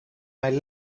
mijn